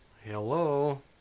Hello